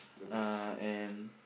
uh and